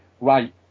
right